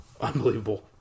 Unbelievable